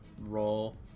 roll